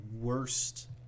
worst